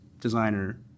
designer